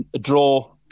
draw